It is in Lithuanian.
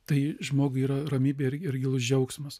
tai žmogui yra ramybė ir ir gilus džiaugsmas